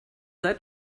seid